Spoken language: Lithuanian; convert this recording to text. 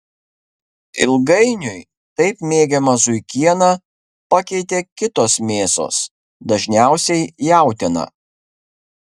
ilgainiui taip mėgiamą zuikieną pakeitė kitos mėsos dažniausiai jautiena